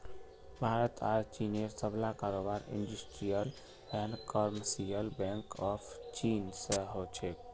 भारत आर चीनेर सबला कारोबार industrial and commercial bank of चीन स हो छेक